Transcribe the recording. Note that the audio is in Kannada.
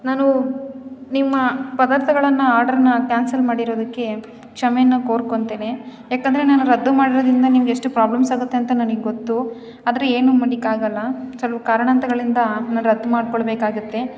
ನಾನು ನಿಮ್ಮ ಪದಾರ್ಥಗಳನ್ನು ಆರ್ಡರನ್ನ ಕ್ಯಾನ್ಸಲ್ ಮಾಡಿರೋದಕ್ಕೆ ಕ್ಷಮೇನ ಕೋರ್ಕೊಳ್ತೇನೆ ಯಾಕೆಂದ್ರೆ ನಾನು ರದ್ದು ಮಾಡಿರೋದರಿಂದ ನಿಮಗೆಷ್ಟು ಪ್ರಾಬ್ಲಮ್ಸ್ ಆಗುತ್ತೆ ಅಂತ ನನಗ್ ಗೊತ್ತು ಆದರೆ ಏನು ಮಾಡ್ಲಿಕ್ಕೆ ಆಗೊಲ್ಲ ಕೆಲವು ಕಾರಣಾಂತರಗಳಿಂದ ನಾನು ರದ್ದು ಮಾಡಿಕೊಳ್ಬೇಕಾಗುತ್ತೆ